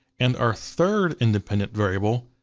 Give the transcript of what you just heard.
and our third independent variable,